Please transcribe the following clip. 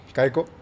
Kaiko